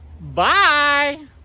Bye